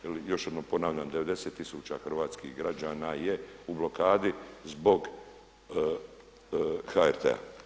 Jel još jednom ponavljam, 90 tisuća hrvatskih građana je u blokadi zbog HRT-a.